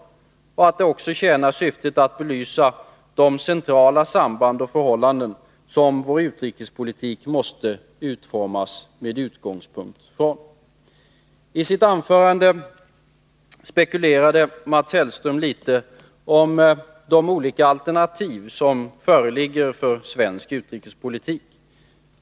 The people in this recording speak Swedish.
Jag tror också att debatten tjänar syftet att belysa de centrala samband och förhållanden som vår utrikespolitik måste utformas med utgångspunkt från. Mats Hellström spekulerade i sitt anförande över de olika alternativ för svensk utrikespolitik som föreligger.